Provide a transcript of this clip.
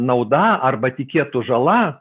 nauda arba tikėtų žala